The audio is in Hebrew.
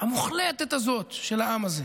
המוחלטת הזאת של העם הזה,